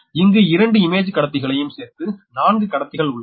இங்கு 2 இமேஜ் கடத்திகளையும் சேர்த்து 4 கடத்திகள் உள்ளன